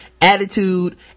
attitude